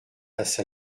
passa